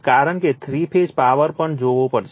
કારણ કે three phase power પણ જોવો પડશે